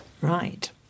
Right